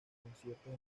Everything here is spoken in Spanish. conciertos